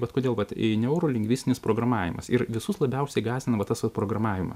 vat kodėl vat neurolingvistinis programavimas ir visus labiausiai gąsdina va tas va programavimas